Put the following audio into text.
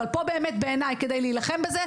אבל פה בעיניי כדי להילחם בזה,